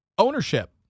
Ownership